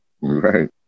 right